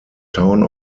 town